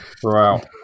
throughout